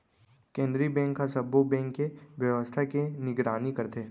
केंद्रीय बेंक ह सब्बो बेंक के बेवस्था के निगरानी करथे